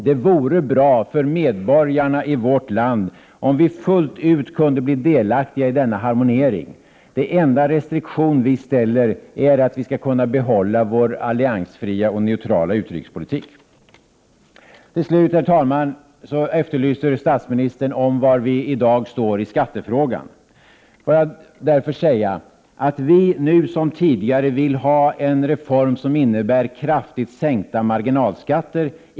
Det vore bra för medborgarna i vårt land om vi fullt ut kunde bli delaktiga i denna harmoniering. Den enda restriktion vi ställer upp är att vi skall kunna behålla vår alliansfria och neutrala utrikespolitik. Herr talman! Statsministern efterlyser ett besked om var vi i dag står i skattefrågan. Får jag därför säga att vi nu som tidigare vill ha en reform som innebär kraftigt sänkta marginalskatter.